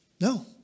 No